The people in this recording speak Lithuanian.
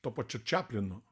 tuo pačiu čaplinu